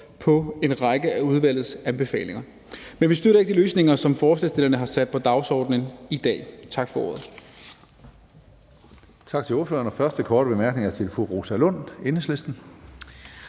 på en række af udvalgets anbefalinger. Men vi støtter ikke de løsninger, som forslagsstillerne har sat på dagsordenen i dag. Tak for ordet.